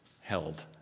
held